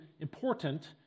important